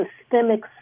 systemic